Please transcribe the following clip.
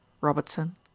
Robertson